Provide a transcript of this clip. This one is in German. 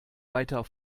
weiter